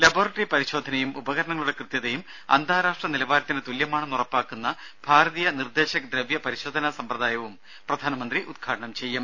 laboratory പരിശോധനയും ഉപകരണങ്ങളുടെ കൃത്യതയും അന്താരാഷ്ട്ര നിലവാരത്തിന് തുല്യമാണെന്ന് ഉറപ്പാക്കുന്ന ഭാരതീയ നിർദേശക് ദ്രവ്യ പരിശോധനാ സമ്പ്രദായവും പ്രധാനമന്ത്രി ഉദ്ഘാടനം ചെയ്യും